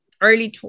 Early